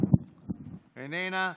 איננה,